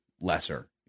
lesser